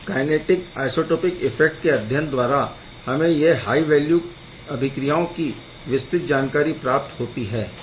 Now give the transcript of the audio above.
इस kinetic isotopic effect के अध्ययन द्वारा हमें हाय वैल्यू अभिक्रियाओं की विस्तृत जानकारी प्राप्त होती है